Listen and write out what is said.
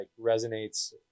resonates